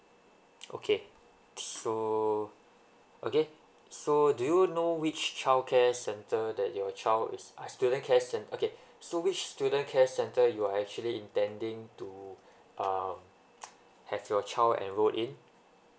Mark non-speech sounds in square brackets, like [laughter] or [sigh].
okay so okay so do you know which childcare center that your child is uh student care cen~ okay so which student care center you are actually intending to uh [noise] have your child enroll in